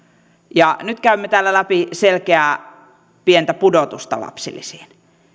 ja nyt käymme täällä läpi selkeää pientä pudotusta lapsilisiin